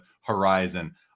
horizon